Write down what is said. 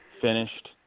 finished